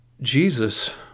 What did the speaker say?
Jesus